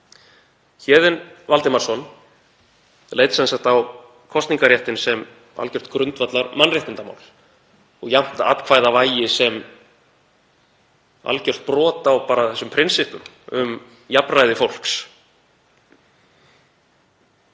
Héðinn Valdimarsson leit sem sagt á kosningarréttinn sem algjört grundvallarmannréttindamál og ójafnt atkvæðavægi sem algjört brot á prinsippum um jafnræði fólks.